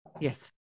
Yes